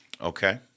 Okay